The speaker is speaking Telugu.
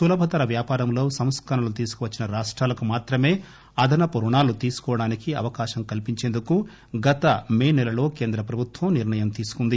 సులభతరం వ్యాపారంలో సంస్కరణలు తీసుకువచ్చిన రాష్టాలకు మాత్రమే అదనపు రుణాలు తీసుకోవాడానికి అవకాశం కల్పించేందుకు గత మే నెలలో కేంద్ర ప్రభుత్వం నిర్ణయం తీసుకుంది